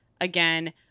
again